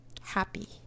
happy